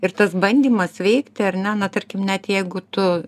ir tas bandymas veikti ar ne na tarkim net jeigu tu